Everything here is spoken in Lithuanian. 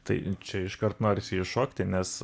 tai čia iškart norisi įšokti nes